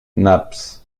nabbs